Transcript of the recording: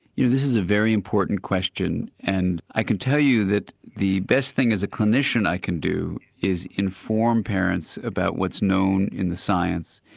this is a very important question, and i can tell you that the best thing as a clinician i can do is inform parents about what's known in the science,